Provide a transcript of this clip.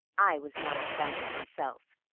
i was not at the banquet myself,